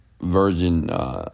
Virgin